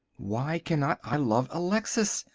why cannot i love alexis?